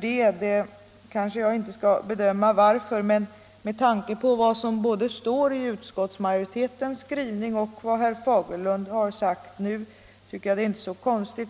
med hänsyn härtill. Men med tanke på vad som står i utskottets skrivning och vad herr Fagerlund har sagt här tycker jag inte att det är så konstigt.